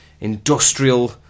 industrial